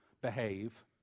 behave